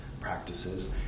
practices